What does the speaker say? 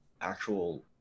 actual